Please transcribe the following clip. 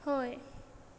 हय